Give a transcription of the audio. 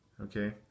Okay